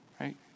right